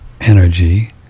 energy